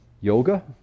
yoga